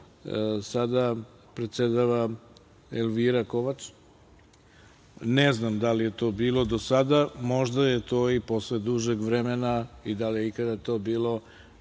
sada predsedava Elvira Kovač. Ne znam da li je to bilo do sada, možda je to i posle dužeg vremena i da li je ikada to bilo